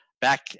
back